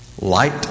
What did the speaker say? Light